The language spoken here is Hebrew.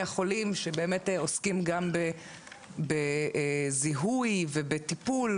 החולים שבאמת עוסקים גם בזיהוי ובטיפול,